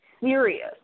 serious